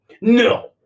No